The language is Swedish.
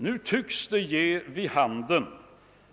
Nu tycks utvecklingen ge vid handen